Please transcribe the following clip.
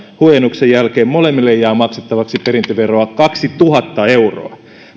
huojennuksen jälkeen molemmille jää maksettavaksi perintöveroa kaksituhatta euroa